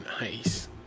Nice